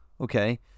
okay